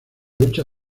lucha